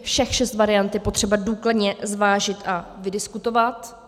Všech šest variant je potřeba důkladně zvážit a vydiskutovat.